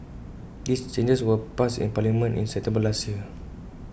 these changes were passed in parliament in September last year